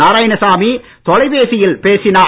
நாராயணசாமி தொலைபேசியில் பேசினார்